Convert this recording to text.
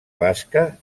basca